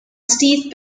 steve